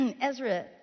Ezra